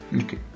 Okay